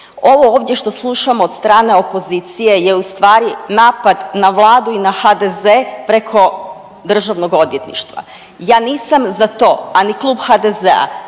Ovo ovdje što slušamo od strane opozicije je u stvari napad na vladu i na HDZ preko državnog odvjetništva. Ja nisam za to, a ni Klub HDZ-a